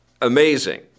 amazing